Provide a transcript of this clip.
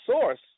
source